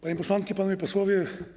Panie Posłanki i Panowie Posłowie!